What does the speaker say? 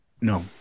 No